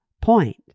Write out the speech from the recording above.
point